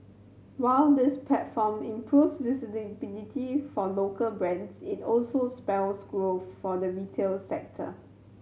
while this platform improves for local brands it also spells growth for the retail sector